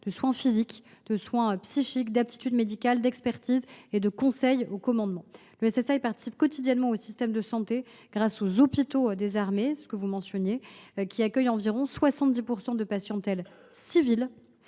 de soins physiques et psychiques, d’aptitude médicale, d’expertise et de conseil aux commandements. Le SSA participe quotidiennement au système de santé grâce aux hôpitaux des armées : ceux ci accueillent environ 70 % de patients civils